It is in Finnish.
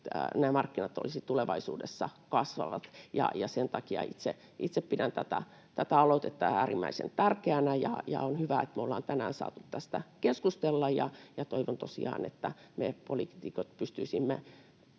nämä markkinat olisivat tulevaisuudessa kasvavat. Sen takia itse pidän tätä aloitetta äärimmäisen tärkeänä, ja on hyvä, että me ollaan tänään saatu tästä keskustella. Toivon tosiaan, että me poliitikot pystyisimme